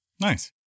Nice